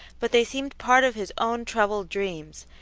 but they seemed part of his own troubled dreams.